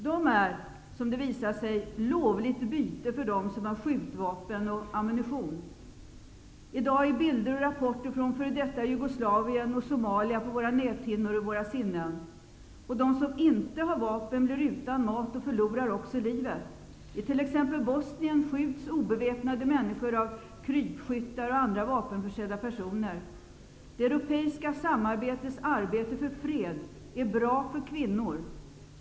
De är, som det visat sig, lovligt byte för dem som har skjutvapen och ammunition. I dag är bilder och rapporter från f.d. Jugoslavien och Somalia på våra näthinnor och i våra sinnen. De som inte har vapen blir utan mat och förlorar också livet. I t.ex. Bosnien skjuts obeväpnade människor av krypskyttar och andra vapenförsedda personer. Det europeiska samarbetets arbete för fred är bra för kvinnor.